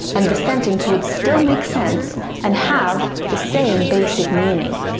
and the sentence would still make sense and have the same basic meaning.